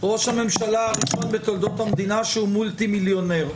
ראש הממשלה הראשון בתולדות המדינה שהוא מולטי מיליונר.